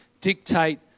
dictate